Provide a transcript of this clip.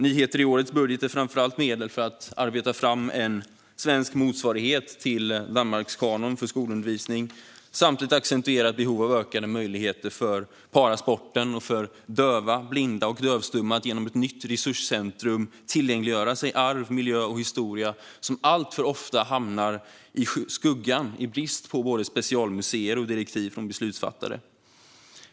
Nyheter i årets budget är framför allt medel för att arbeta fram en svensk motsvarighet till Danmarkskanon för skolundervisningen samt ett accentuerat behov av ökade möjligheter för parasporten och för döva, blinda och dövstumma att genom ett nytt resurscentrum tillgängliggöra sig arv, miljö och historia som alltför ofta hamnar i skuggan i brist på specialmuseer och direktiv från beslutsfattare.